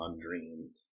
undreamed